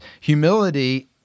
Humility